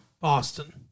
Boston